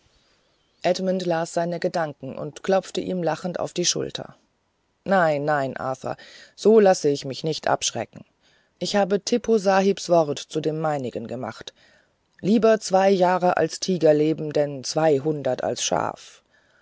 edmund las seine gedanken und klopfte ihm lachend auf die schulter nein nein arthur so lasse ich mich nicht abschrecken ich habe tippo sahibs wort zu dem meinigen gemacht lieber zwei jahre als tiger leben denn zweihundert als schaf